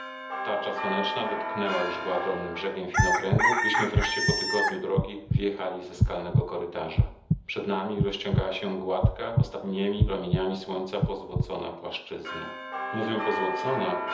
tarcza słoneczna dotknęła już była dolnym brzegiem widnokręgu gdyśmy wreszcie po tygodniu drogi wyjechali ze skalnego korytarza przed nami rozciągała się gładka ostatniemi promieniami słońca pozłocona płaszczyzna mówię pozłocona